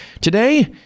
Today